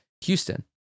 houston